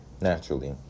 Naturally